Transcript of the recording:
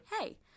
hey